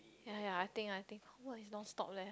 ya ya I think I think work is non stop leh